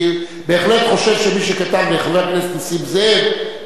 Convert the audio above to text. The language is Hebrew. אני בהחלט חושב שמי שכתב לחבר הכנסת נסים זאב,